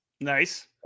Nice